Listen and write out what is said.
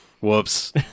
Whoops